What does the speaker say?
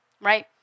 right